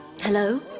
Hello